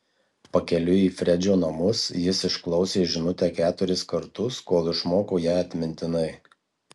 pakeliui į fredžio namus jis išklausė žinutę keturis kartus kol išmoko ją atmintinai